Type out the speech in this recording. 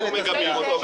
ואנחנו מגבים אותו,